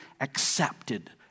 accepted